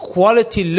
Quality